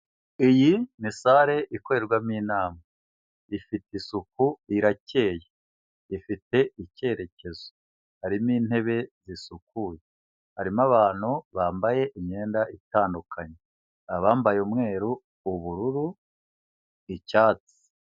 Iyi ni sare ikorerwamo inama ifite isuku irakeye ifite icyerekezo harimo intebe zisukuye harimo abantu bambaye imyenda itandukanye abambaye umweru, ubururu, icyatsi.